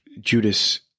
Judas